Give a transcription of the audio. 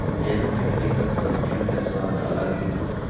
जैविक खेती कद सब्जियों के स्वाद अलग ही होबो हइ